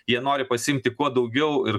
jie nori pasiimti kuo daugiau ir